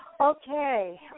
Okay